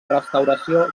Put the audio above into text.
restauració